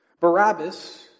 Barabbas